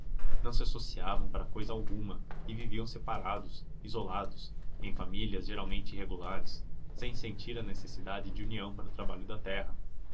não se associavam para cousa alguma e viviam separados isolados em famílias geralmente irregulares sem sentir a necessidade de união para o trabalho da terra